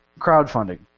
crowdfunding